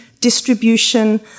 distribution